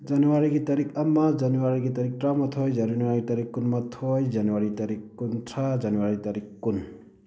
ꯖꯅꯋꯥꯔꯤꯒꯤ ꯇꯥꯔꯤꯛ ꯑꯃ ꯖꯅꯋꯥꯔꯤꯒꯤ ꯇꯥꯔꯤꯛ ꯇꯔꯥꯃꯊꯣꯏ ꯖꯅꯋꯥꯔꯤꯒꯤ ꯇꯥꯔꯤꯛ ꯀꯨꯟꯃꯥꯊꯣꯏ ꯖꯅꯋꯥꯔꯤꯒꯤ ꯇꯥꯔꯤꯛ ꯀꯨꯟꯊ꯭ꯔꯥ ꯖꯅꯋꯥꯔꯤꯒꯤ ꯇꯥꯔꯤꯛ ꯀꯨꯟ